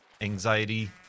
anxiety